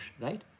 right